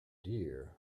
dear